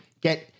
get